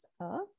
up